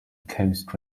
coast